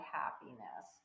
happiness